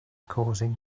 causing